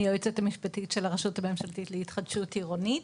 אני היועצת המשפטית של הרשות הממשלתית להתחדשות עירונית.